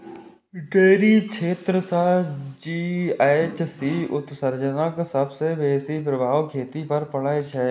dairy क्षेत्र सं GHC उत्सर्जनक सबसं बेसी प्रभाव खेती पर पड़ै छै